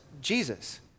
Jesus